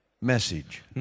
message